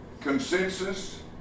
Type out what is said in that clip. consensus